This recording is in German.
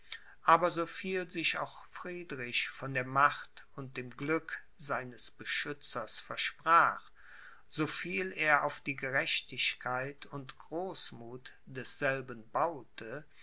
aber so viel sich auch friedrich von der macht und dem glück seines beschützers versprach so viel er auf die gerechtigkeit und großmuth desselben baute